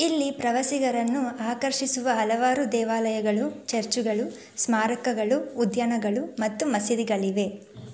ಇಲ್ಲಿ ಪ್ರವಾಸಿಗರನ್ನು ಆಕರ್ಷಿಸುವ ಹಲವಾರು ದೇವಾಲಯಗಳು ಚರ್ಚುಗಳು ಸ್ಮಾರಕಗಳು ಉದ್ಯಾನಗಳು ಮತ್ತು ಮಸೀದಿಗಳಿವೆ